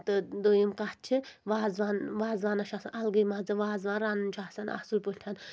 تہٕ دوٚیِم کَتھ چھِ وازوان وازوانَس چھُ آسان الگٕے مَزٕ وازوان رَنُن چھُ آسان اَصٕل پٲٹھۍ